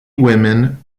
women